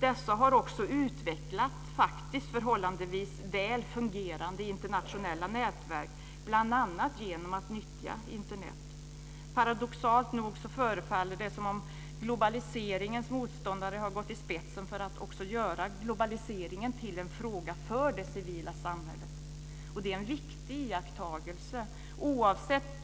Dessa har också utvecklat förhållandevis väl fungerande internationella nätverk bl.a. genom att nyttja Internet. Paradoxalt nog förefaller det som om globaliseringens motståndare har gått i spetsen för att också göra globaliseringen till en fråga för det civila samhället. Det är en viktig iakttagelse, oavsett